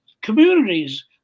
communities